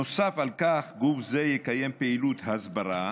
נוסף על כך, גוף זה יקיים פעילות הסברה